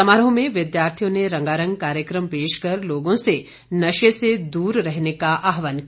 समारोह में विद्यार्थियों ने रंगारंग कार्यक्रम पेश कर लोगों से नशे से दूर रहने का आहवान किया